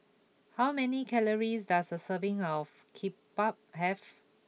how many calories does a serving of Kimbap have